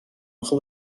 اخه